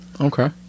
Okay